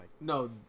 No